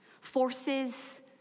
Forces